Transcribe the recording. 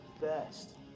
best